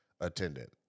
attendant